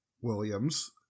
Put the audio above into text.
Williams